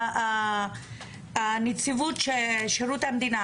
נציבות שירות המדינה,